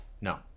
No